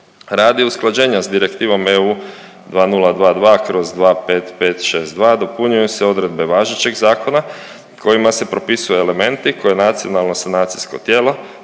Radi usklađenja s direktivom EU 2022/25562 dopunjuju se odredbe važećeg zakona kojima se propisuju elementi koje nacionalno sanacijsko tijelo